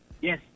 yes